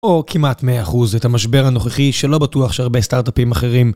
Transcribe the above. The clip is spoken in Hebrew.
או כמעט 100% את המשבר הנוכחי שלא בטוח שהרבה סטארט-אפים אחרים.